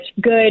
good